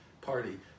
party